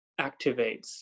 activates